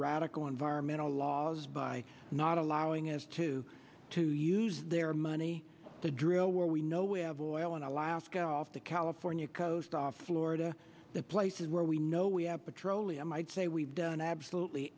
radical environmental laws by not allowing us to to use their money to drill where we know we have oil in alaska off the california coast off florida the places where we know we have petroleum i'd say we've done absolutely